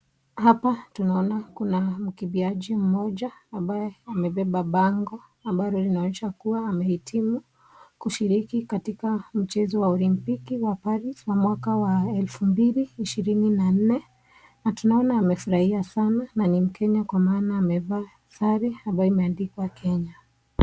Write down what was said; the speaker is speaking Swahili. Hapa tunaona kuna mkimbiaji mmoja ambaye amebeba bango ambalo linaonyesha kuwa amehitimu kushiriki katika mchezo wa Olimpiki wa Paris wa mwaka wa elfu mbili ishirini na nne na tunaona amefurahia sana na ni mkenya kwa maana amevaa sare ambaye imeandikwa kenya.